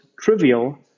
trivial